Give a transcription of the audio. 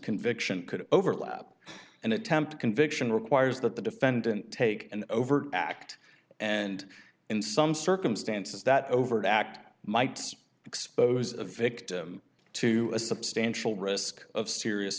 conviction could overlap and attempt conviction requires that the defendant take an overt act and in some circumstances that overt act mights expose the victim to a substantial risk of serious